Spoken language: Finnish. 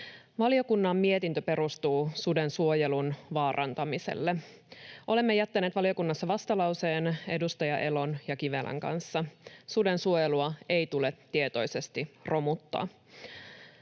Valiokunnan mietintö perustuu suden suojelun vaarantamiselle. Olemme jättäneet valiokunnassa vastalauseen edustaja Elon ja Kivelän kanssa. Suden suojelua ei tule tietoisesti romuttaa.